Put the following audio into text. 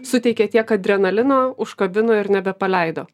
suteikė tiek adrenalino užkabino ir nebepaleido